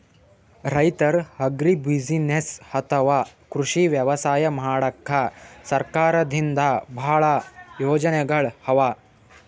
ರೈತರ್ ಅಗ್ರಿಬುಸಿನೆಸ್ಸ್ ಅಥವಾ ಕೃಷಿ ವ್ಯವಸಾಯ ಮಾಡಕ್ಕಾ ಸರ್ಕಾರದಿಂದಾ ಭಾಳ್ ಯೋಜನೆಗೊಳ್ ಅವಾ